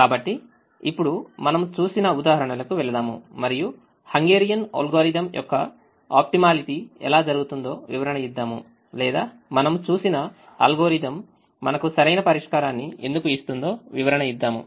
కాబట్టి ఇప్పుడు మనము చూసిన ఉదాహరణలకువెళ్దాము మరియుహంగేరియన్ అల్గోరిథం యొక్క ఆప్టిమాలిటి ఎలా జరుగుతుందోవివరణ ఇద్దాములేదా మనం చూసిన అల్గోరిథం మనకు సరైన పరిష్కారాన్ని ఎందుకు ఇస్తుందో వివరణ ఇద్దాము